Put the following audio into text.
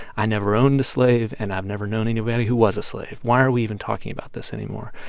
i never owned a slave, and i've never known anybody who was a slave. why are we even talking about this anymore?